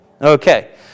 okay